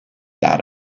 that